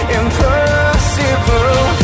impossible